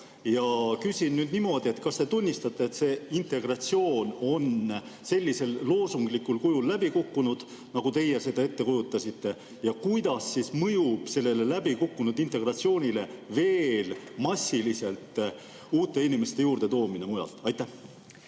Ma küsin nüüd niimoodi: kas te tunnistate, et see integratsioon on sellisel loosunglikul kujul läbi kukkunud, nagu teie seda ette kujutasite? Ja kuidas mõjub sellele läbi kukkunud integratsioonile veel massiliselt uute inimeste juurdetoomine mujalt? Aitäh!